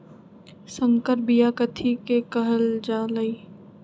संकर बिया कथि के कहल जा लई?